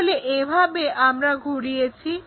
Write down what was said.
তাহলে এভাবে আমরা ঘুরিয়েছি